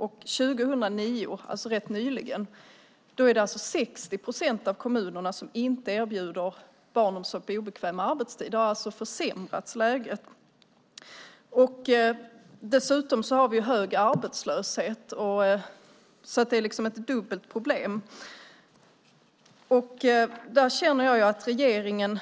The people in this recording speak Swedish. År 2009, alltså rätt nyligen, var det 60 procent av kommunerna som inte erbjöd barnomsorg på obekväm arbetstid. Läget har alltså försämrats. Dessutom har vi hög arbetslöshet, så det är liksom ett dubbelt problem. Regeringen